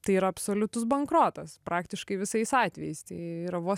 tai yra absoliutus bankrotas praktiškai visais atvejais tai yra vos